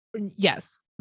Yes